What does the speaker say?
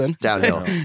downhill